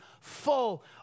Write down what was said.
full